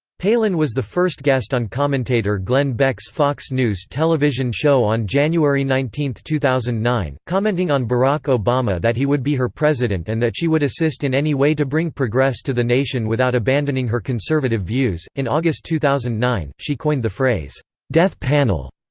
palin was the first guest on commentator glenn beck's fox news television show on january nineteen, two thousand and nine, commenting on barack obama that he would be her president and that she would assist in any way to bring progress to the nation without abandoning her conservative views in august two thousand and nine, she coined the phrase death panel,